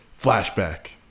flashback